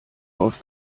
läuft